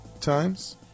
times